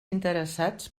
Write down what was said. interessats